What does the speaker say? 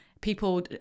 People